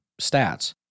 stats